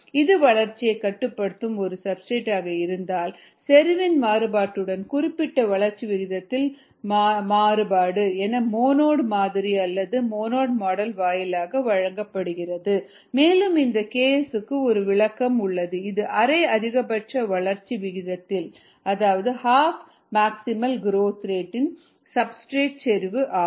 இது வளர்ச்சியைக் கட்டுப்படுத்தும் ஒரு சப்ஸ்டிரேட் ஆக இருந்தால் செறிவின் மாறுபாட்டுடன் குறிப்பிட்ட வளர்ச்சி விகிதத்தின் மாறுபாடு மோனோட் மாதிரி அல்லது மாடல் Monod's model வாயிலாக வழங்கப்படுகிறது மேலும் இந்த Ks க்கு ஒரு விளக்கம் உள்ளது இது அரை அதிகபட்ச வளர்ச்சி விகிதத்தில் சப்ஸ்டிரேட் செறிவு ஆகும்